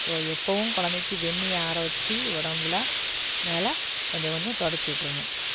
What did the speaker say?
so எப்போவும் குழந்தைக்கி வெந்நீர் ஆரவச்சு உடம்புல மேல் கொஞ்சம் கொஞ்சம் துடைச்சி விட்றணும்